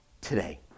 today